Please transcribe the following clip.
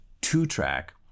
two-track